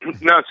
No